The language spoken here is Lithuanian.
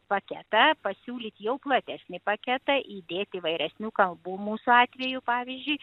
paketą pasiūlyt jau platesnį paketą įdėt įvairesnių kalbų mūsų atveju pavyzdžiui